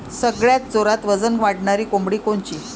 सगळ्यात जोरात वजन वाढणारी कोंबडी कोनची?